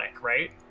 right